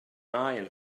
iron